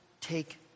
take